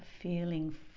feeling